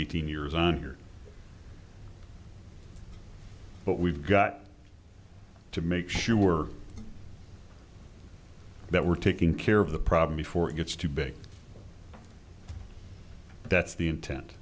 eighteen years on here but we've got to make sure that we're taking care of the problem before it gets too big that's the intent